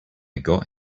got